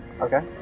Okay